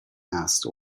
asked